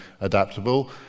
adaptable